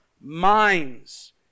minds